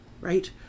right